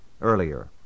earlier